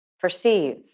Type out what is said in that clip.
Perceive